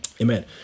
Amen